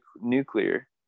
Nuclear